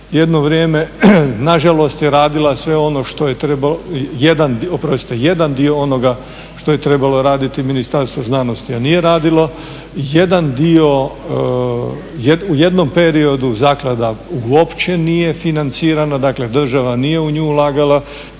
Jedno vrijeme na žalost je radila sve ono što je trebalo, oprostite jedan dio onoga što je trebalo raditi Ministarstvo znanosti, a nije radilo, jedan dio, u jednom periodu zaklada uopće nije financirana. Dakle, država nije u nju ulagala.